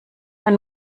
man